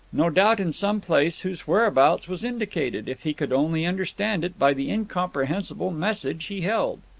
no doubt in some place whose whereabouts was indicated, if he could only understand it, by the incomprehensible message he held.